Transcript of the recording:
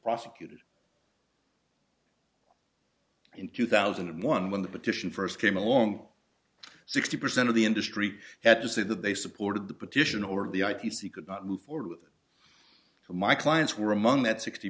prosecuted in two thousand and one when the petition first came along sixty percent of the industry had to say that they supported the petition or the i p c c could not move forward with my clients were among that sixty